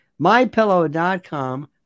MyPillow.com